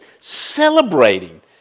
celebrating